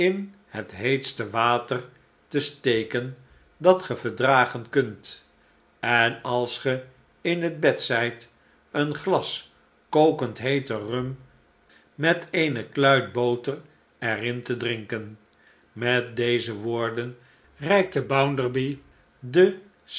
het heetste water te steken dat ge verdragen kunt en als ge in het bed zijt een glas kokend heete rum met eene kluit boter er in te drinken met deze woorden reikte bounderby de